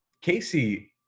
Casey